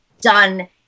done